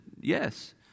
yes